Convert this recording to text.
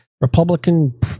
Republican